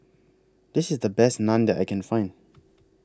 This IS The Best Naan that I Can Find